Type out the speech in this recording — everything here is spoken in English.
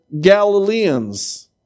Galileans